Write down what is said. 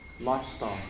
lifestyle